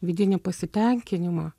vidinį pasitenkinimą